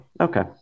Okay